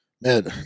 man